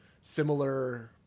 similar